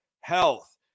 health